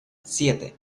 siete